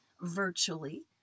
virtually